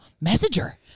messenger